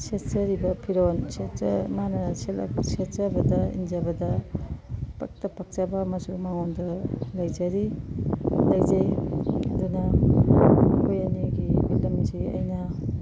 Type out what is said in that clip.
ꯁꯦꯠꯆꯔꯤꯕ ꯐꯤꯔꯣꯟ ꯃꯥꯅ ꯁꯦꯠꯆꯕꯗ ꯏꯟꯖꯕꯗ ꯏꯄꯛꯇ ꯄꯛꯆꯕ ꯑꯃꯁꯨ ꯃꯉꯣꯟꯗ ꯂꯩꯖꯔꯤ ꯂꯩꯖꯩ ꯑꯗꯨꯅ ꯃꯈꯣꯏ ꯑꯅꯤꯒꯤ ꯐꯤꯂꯝꯁꯤ ꯑꯩꯅ